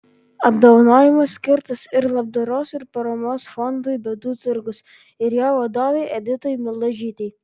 apdovanojimas skirtas ir labdaros ir paramos fondui bėdų turgus ir jo vadovei editai mildažytei